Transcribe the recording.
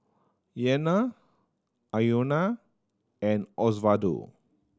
Iyanna Iona and Osvaldo